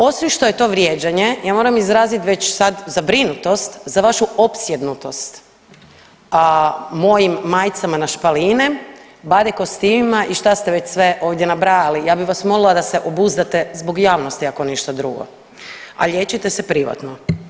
Osim što je to vrijeđanje ja moram izrazit sad već zabrinutost za vašu opsjednutost mojim majcama na špaline, badekostimima i šta ste već sve ovdje nabrajali, ja bih vas molila da se obuzdate zbog javnosti ako ništa drugo, a liječite se privatno.